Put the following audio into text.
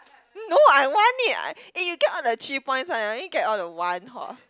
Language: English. no I want it I eh you get all the three points one I only get all the one hor